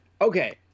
Okay